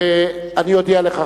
ואני אודיע לך,